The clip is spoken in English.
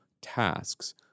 tasks